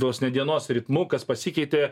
vos ne dienos ritmu kas pasikeitė